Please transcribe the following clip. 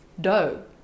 dough